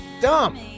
dumb